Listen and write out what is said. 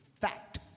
fact